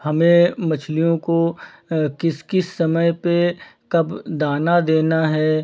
हमें मछलियों को किस किस समय पे कब दाना देना है